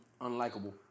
unlikable